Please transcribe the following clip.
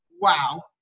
Wow